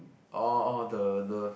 oh oh the the